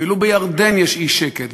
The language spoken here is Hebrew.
אפילו בירדן יש אי-שקט,